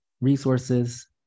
resources